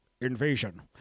invasion